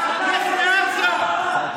חבר הכנסת כסיף,